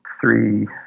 three